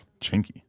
Chinky